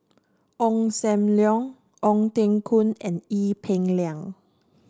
Ong Sam Leong Ong Teng Koon and Ee Peng Liang